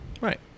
Right